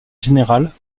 générale